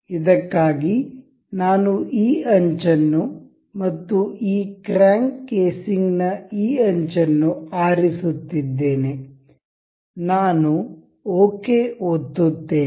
ಇದಕ್ಕಾಗಿ ನಾನು ಈ ಅಂಚನ್ನು ಮತ್ತು ಈ ಕ್ರ್ಯಾಂಕ್ ಕೇಸಿಂಗ್ ನ ಈ ಅಂಚನ್ನು ಆರಿಸುತ್ತಿದ್ದೇನೆ ನಾನು ಓಕೆ ಒತ್ತುತ್ತೇನೆ